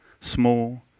small